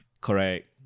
Correct